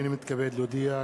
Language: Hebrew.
הנני מתכבד להודיע,